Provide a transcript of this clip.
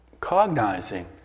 cognizing